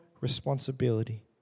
responsibility